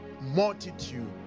multitude